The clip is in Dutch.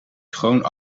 schoon